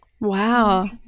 Wow